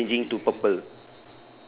blue changing to purple